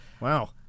Wow